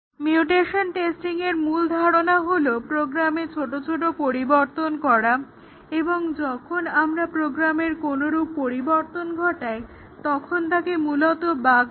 mutation টেস্টিংয়ের মূল ধারণা হলো প্রোগ্রামে ছোট ছোট পরিবর্তন করা এবং যখন আমরা প্রোগ্রামের কোনরূপ পরিবর্তন ঘটাই তখন তাকে মূলত বাগ্ বলে